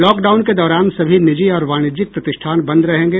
lockdown के दौरान सभी निजी और वाणिज्यिक प्रतिष्ठान बंद रहेंगे